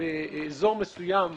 באיזור מסוים בארץ,